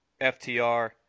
FTR